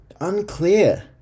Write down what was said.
unclear